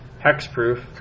Hexproof